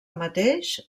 mateix